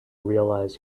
realize